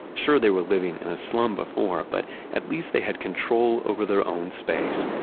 sure, they were living in a slum before, but at least they had control over their own space.